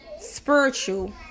spiritual